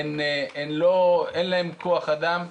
אין להם כוח אדם.